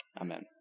Amen